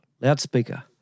loudspeaker